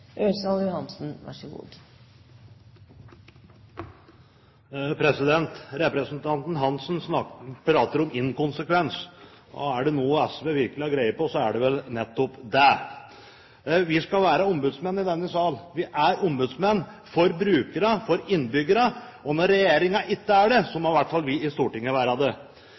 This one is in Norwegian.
Representanten Geir-Ketil Hansen prater om inkonsekvens, og er det noe SV virkelig har greie på, så er det vel nettopp det. Vi skal være ombudsmenn i denne sal. Vi er ombudsmenn for brukerne, for innbyggerne, og når regjeringen ikke er det, må i hvert fall vi i Stortinget være det.